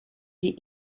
die